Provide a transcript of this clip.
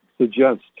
suggest